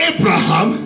Abraham